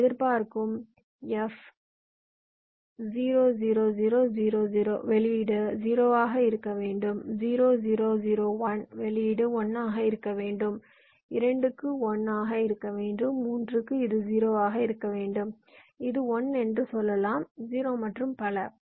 நாம் எதிர்பார்க்கும் F 0 0 0 0 0 வெளியீடு 0 ஆக இருக்க வேண்டும் 0 0 0 1 வெளியீடு 1 ஆக இருக்க வேண்டும் 2 க்கு 1 ஆக இருக்க வேண்டும் 3 க்கு இது 0 ஆக இருக்க வேண்டும் இது 1 என்று சொல்லலாம் 0 மற்றும் பல